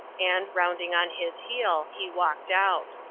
and, rounding on his heel, he walked out.